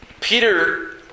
Peter